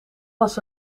was